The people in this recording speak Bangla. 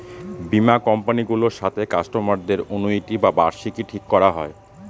বীমা কোম্পানি গুলোর সাথে কাস্টমারদের অনুইটি বা বার্ষিকী ঠিক করা হয়